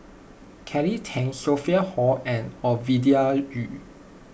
Kelly Tang Sophia Hull and Ovidia Yu